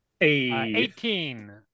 Eighteen